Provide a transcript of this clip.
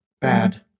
Bad